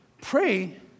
pray